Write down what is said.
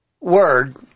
word